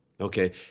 Okay